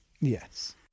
Yes